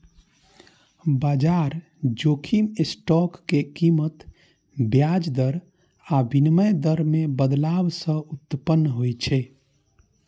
बाजार जोखिम स्टॉक के कीमत, ब्याज दर आ विनिमय दर मे बदलाव सं उत्पन्न होइ छै